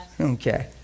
Okay